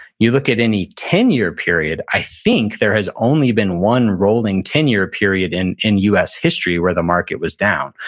you look at any ten year period, i think there has only been one rolling ten year period in in u s. history where the market was down.